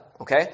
okay